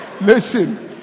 listen